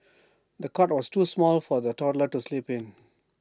the cot was too small for the toddler to sleep in